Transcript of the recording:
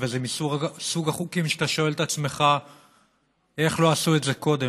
וזה מסוג החוקים שאתה שואל את עצמך איך לא עשו את זה קודם.